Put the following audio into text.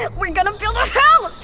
yeah we're gonna build a house!